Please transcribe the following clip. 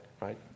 right